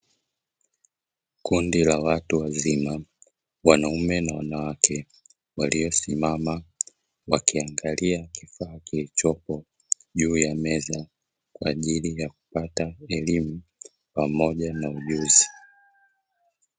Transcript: Kundi la watu wazima wanaume na wanawake, waliosimama wakiangalia kifaa kilichopo juu ya meza, kwa ajili ya kupata elimu pamoja na ujuzi.